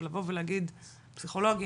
אבל לבוא ולהגיד פסיכולוגים,